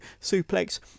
suplex